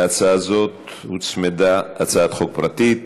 להצעה הזאת הוצמדה הצעת חוק פרטית.